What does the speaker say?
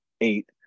eight